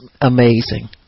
amazing